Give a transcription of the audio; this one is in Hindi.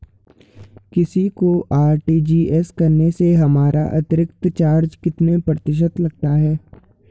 किसी को आर.टी.जी.एस करने से हमारा अतिरिक्त चार्ज कितने प्रतिशत लगता है?